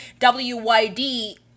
WYD